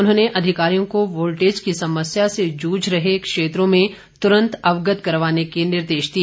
उन्होंने अधिकारियों को वॉल्टेज की समस्या से जूझ रहे क्षेत्रों से तुरंत अवगत करवाने के निर्देश दिए